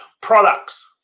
products